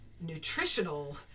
nutritional